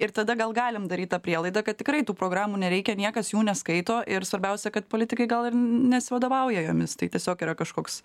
ir tada gal galim daryt tą prielaidą kad tikrai tų programų nereikia niekas jų neskaito ir svarbiausia kad politikai gal ir nesivadovauja jomis tai tiesiog yra kažkoks